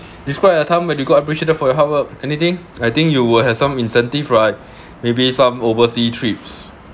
describe a time when you got appreciated for your hard work anything I think you will have some incentive right maybe some overseas trips